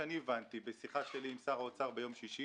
הבנתי בשיחה שלי עם שר האוצר ביום שישי